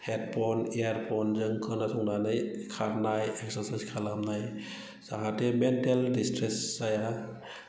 headphone इयारफनजों खोनासंनानै खारनाय एक्सारसाइस खालामनाय जाहाथे मेन्टेल डिसट्रेस जाया